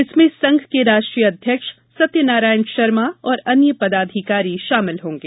इसमें संघ के राष्ट्रीय अध्यक्ष सत्यनारायण शर्मा और अन्य पदाधिकारी शामिल होंगे